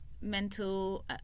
mental